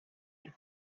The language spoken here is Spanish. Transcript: que